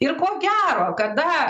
ir ko gero kada